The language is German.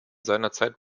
seinerzeit